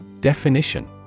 Definition